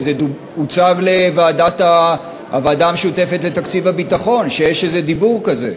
הוצג לוועדה המשותפת לתקציב הביטחון שיש איזה דיבור כזה.